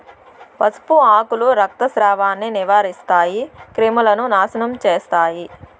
పసుపు ఆకులు రక్తస్రావాన్ని నివారిస్తాయి, క్రిములను నాశనం చేస్తాయి